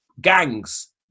Gangs